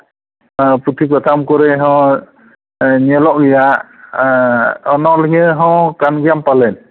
ᱯᱩᱛᱷᱤ ᱯᱟᱛᱷᱟᱢ ᱠᱚᱨᱮ ᱦᱚᱸ ᱧᱮᱞᱚᱜ ᱜᱮᱭᱟ ᱚᱱᱚᱞᱤᱭᱟᱹ ᱦᱚᱸ ᱠᱟᱱ ᱜᱮᱭᱟᱢ ᱯᱟᱞᱮᱱ